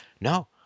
No